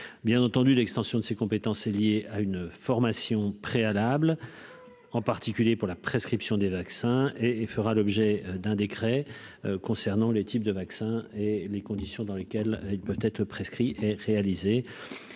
bien entendu, l'extension de ses compétences liées à une formation préalable, en particulier pour la prescription des vaccins et et fera l'objet d'un décret concernant le type de vaccin et les conditions dans lesquelles ils peuvent être prescrits et réalisé